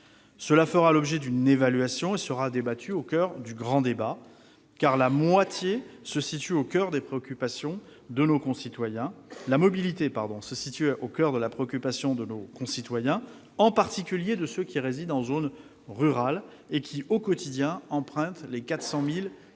Elle fera l'objet d'une évaluation et sera discutée au cours du grand débat, car la mobilité se situe au coeur des préoccupations de nos concitoyens, en particulier de ceux qui résident en zone rurale et qui, au quotidien, empruntent les 400 000 kilomètres